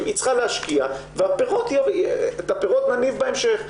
היא צריכה להשקיע ואת הפירות נניב בהמשך,